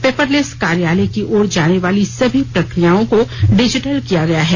paperless कार्यालय की ओर जाने वाली सभी प्रक्रियाओं को डिजिटल किया गया है